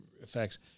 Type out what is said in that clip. effects